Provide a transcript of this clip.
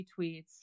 retweets